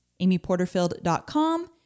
amyporterfield.com